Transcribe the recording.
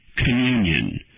communion